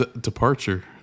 departure